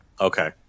Okay